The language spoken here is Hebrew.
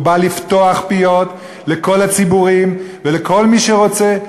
הוא בא לפתוח פיות לכל הציבורים ולכל מי שרוצה,